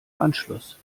anschluss